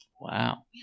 Wow